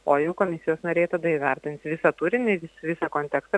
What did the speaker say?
o jau komisijos nariai įvertins visą turinį visą kontekstą